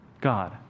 god